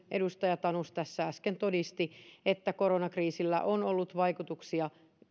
edustaja tanus tässä äsken todisti että koronakriisillä on ollut vaikutuksia